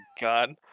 god